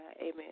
Amen